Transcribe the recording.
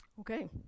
Okay